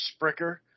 Spricker